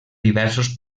diversos